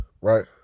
right